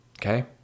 Okay